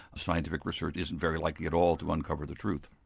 scientific research isn't very likely at all to uncover the truth.